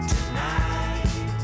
Tonight